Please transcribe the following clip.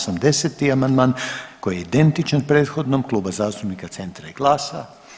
80. amandman koji je identičan prethodnom Kluba zastupnika Centra i GLAS-a.